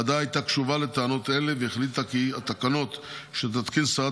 הוועדה הייתה קשובה לטענות אלה והחליטה כי התקנות שתתקין שרת